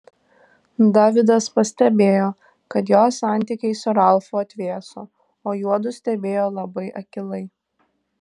davidas pastebėjo kad jos santykiai su ralfu atvėso o juodu stebėjo labai akylai